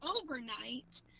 overnight